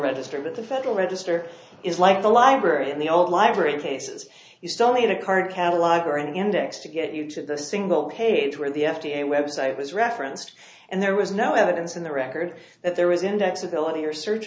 register that the federal register is like the library in the old library cases you still need a card catalog or an index to get you to the single page where the f d a website was referenced and there was no evidence in the record that there was index ability or search